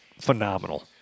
phenomenal